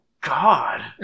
God